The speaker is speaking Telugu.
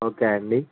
ఓకే అండి